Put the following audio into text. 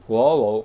我 ah 我